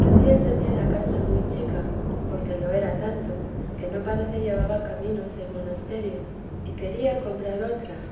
hádaseme la casa muy chica porque lo era tanto que no parece llevaba camino ser monasterio y quería comprar otra